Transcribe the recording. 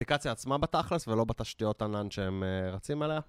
אפליקציה עצמה בתכלס ולא בתשתיות ענן שהם רצים עליה